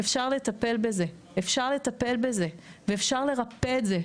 אפשר לטפל בזה, אפשר לטפל בזה ואפשר לרפא את זה.